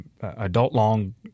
adult-long